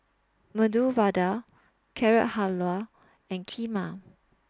Medu Vada Carrot Halwa and Kheema